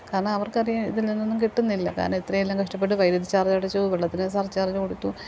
കാരണം അവർക്ക് അറിയാം ഇതിൽ നിന്നൊന്നും കിട്ടുന്നില്ല കാരണം ഇത്രയെല്ലാം കഷ്ടപ്പെട്ട് വൈദ്യുതി ചാർജടച്ചു വെള്ളത്തിന് ചാർജ് കൊടുത്തു